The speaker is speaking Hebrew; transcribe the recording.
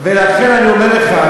ולכן אני אומר לך,